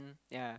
yeah